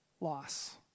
loss